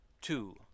two